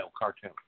cartoon